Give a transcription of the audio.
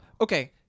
Okay